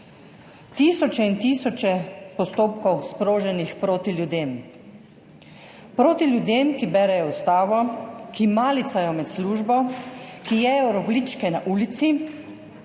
Tisoče in tisoče postopkov, sproženih proti ljudem, proti ljudem, ki berejo ustavo, ki malicajo med službo, ki jedo rogljičke na ulici,